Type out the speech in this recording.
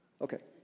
Okay